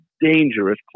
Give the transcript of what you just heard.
dangerous